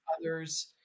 others